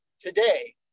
today